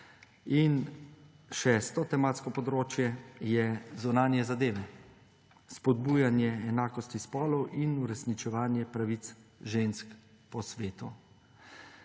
In šesto tematsko področje so zunanje zadeve, spodbujanje enakosti spolov in uresničevanje pravic žensk po svetu.